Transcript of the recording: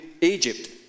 Egypt